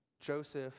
Joseph